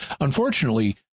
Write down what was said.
Unfortunately